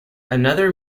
another